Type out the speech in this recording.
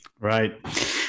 Right